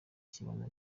kizaba